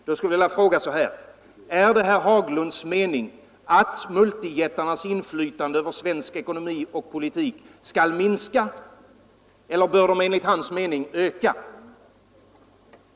Jag vill ställa följande fråga: Är det herr Haglunds mening att multijättarnas inflytande över svensk ekonomi och politik skall minska, eller bör de enligt hans mening öka?